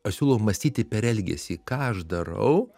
aš siūlau mąstyti per elgesį ką aš darau